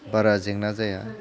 बारा जेंना जाया